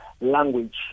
language